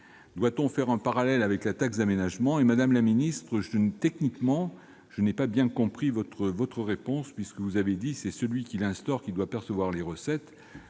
Doit-on faire un parallèle avec la taxe d'aménagement ?